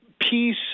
peace